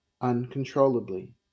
uncontrollably